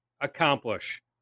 accomplish